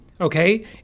Okay